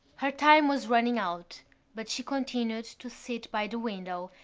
her time was running out but she continued to sit by the window,